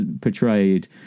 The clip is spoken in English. portrayed